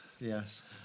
Yes